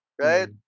right